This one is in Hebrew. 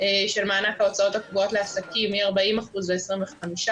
של מענק ההוצאות הקבועות לעסקים, מ-40% ל-25%.